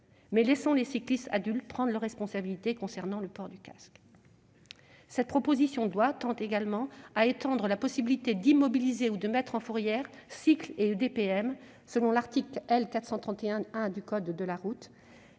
laissons les cyclistes adultes prendre leur responsabilité concernant le port du casque ! Cette proposition de loi vise également à étendre la possibilité d'immobiliser ou de mettre en fourrière cycles et EDPM, au titre de l'article L. 431-1 du code de la route